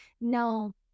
no